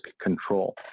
control